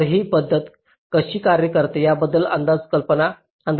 तर ही पद्धत कशी कार्य करते याबद्दल अंदाजे कल्पना आहे